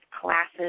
classes